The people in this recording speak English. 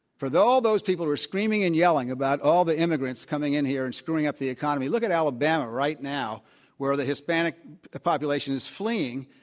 for all those people who are screaming and yelling about all the immigrants coming in here and screwing up the economy, look at alabama right now where the hispanic population is fleeing,